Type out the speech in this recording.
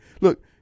Look